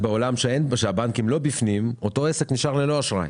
בעולם שהבנקים לא בפנים אותו עסק נשאר ללא אשראי.